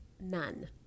None